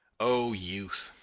o youth!